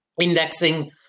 indexing